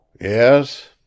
Yes